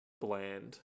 bland